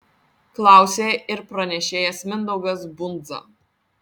klausė ir pranešėjas mindaugas bundza